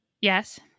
Yes